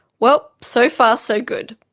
well, so far so good.